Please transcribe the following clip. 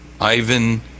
Ivan